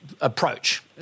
approach